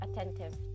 attentive